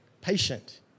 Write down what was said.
patient